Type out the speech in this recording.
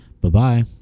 Bye-bye